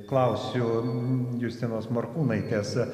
klausiu justinos morkūnaitės